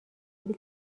ولی